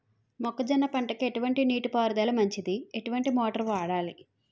మొక్కజొన్న పంటకు ఎటువంటి నీటి పారుదల మంచిది? ఎటువంటి మోటార్ వాడాలి?